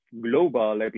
global